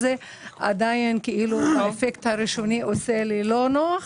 עדיין האפקט הראשוני עושה לי לא נוח.